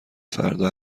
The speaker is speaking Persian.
فردا